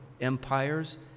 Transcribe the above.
Empires